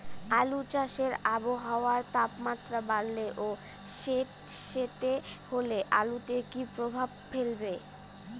আলু চাষে আবহাওয়ার তাপমাত্রা বাড়লে ও সেতসেতে হলে আলুতে কী প্রভাব ফেলবে?